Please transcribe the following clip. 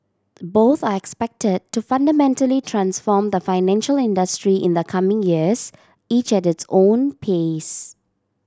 both are expected to fundamentally transform the financial industry in the coming years each at its own pace